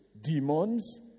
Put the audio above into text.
demons